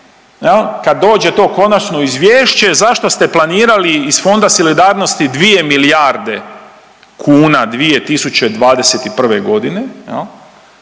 kad dođe to konačno izvješće, zašto ste planirali iz Fonda solidarnosti 2 milijarde kuna 2021. g., je